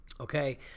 Okay